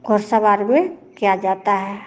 घुड़सवार भी किया जाता है